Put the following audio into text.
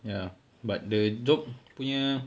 ya but the job punya